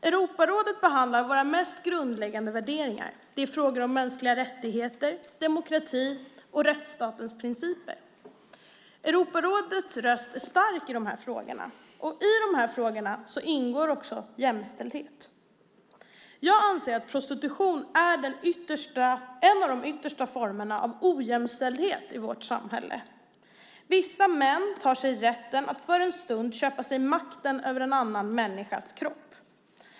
Europarådet behandlar våra mest grundläggande värderingar. Det är frågor om mänskliga rättigheter, demokrati och rättsstatens principer. Europarådets röst är stark i de frågorna, och i de frågorna ingår också jämställdhet. Jag anser att prostitution är en av de yttersta formerna av ojämställdhet i vårt samhälle. Vissa män tar sig rätten att för en stund köpa sig makten över en annan människas kropp.